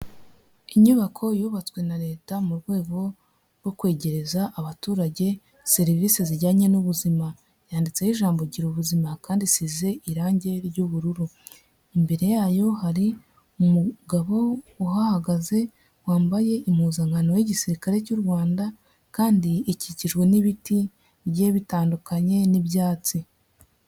Inyubako yubatswe na leta mu rwego rwo kwegereza abaturage serivisi zijyanye n'ubuzima, yanditseho ijambo gira ubuzima kandi isize irange ry'ubururu, imbere yayo hari umugabo uhahagaze wambaye impuzankano y'igisirikare cy'u Rwanda kandi ikikijwe n'ibiti bigiye bitandukanye n'ibyatsi.